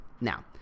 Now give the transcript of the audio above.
now